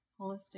holistic